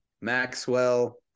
Maxwell